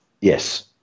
Yes